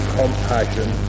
compassion